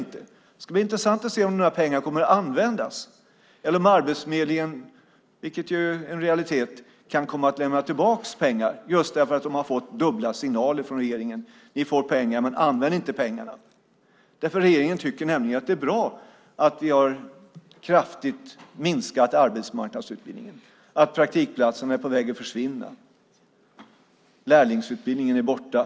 Det ska bli intressant att se om dessa pengar kommer att användas eller om Arbetsförmedlingen, vilket är en realitet, kan komma att lämna tillbaka pengar just därför att man har fått dubbla signaler från regeringen: Ni får pengar, men använd inte pengarna. Regeringen tycker nämligen att det är bra att arbetsmarknadsutbildningen kraftigt har minskats, att praktikplatserna är på väg att försvinna och att lärlingsutbildningen är borta.